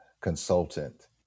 consultant